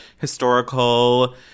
historical